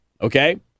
okay